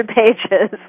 pages